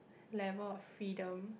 level of freedom